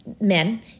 men